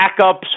backups